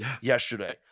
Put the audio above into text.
yesterday